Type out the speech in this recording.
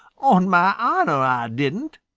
on mah honor ah didn't,